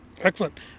Excellent